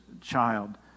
child